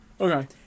Okay